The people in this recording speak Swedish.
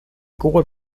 går